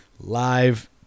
live